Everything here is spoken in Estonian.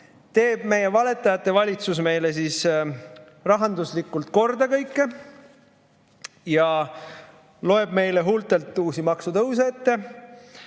teeb meie valetajate valitsus meil kõike rahanduslikult korda ja loeb meile huultelt uusi maksutõuse ette.